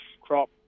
crop